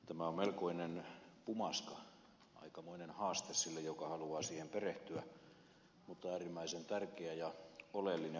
tämä on melkoinen pumaska aikamoinen haaste sille joka haluaa siihen perehtyä mutta äärimmäisen tärkeä ja oleellinen asiakirja